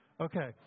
Okay